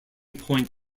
point